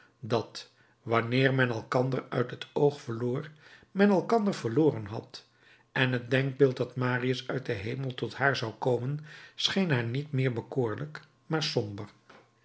dat wanneer men elkander uit het oog verloor men elkander verloren had en het denkbeeld dat marius uit den hemel tot haar zou komen scheen haar niet meer bekoorlijk maar